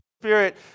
Spirit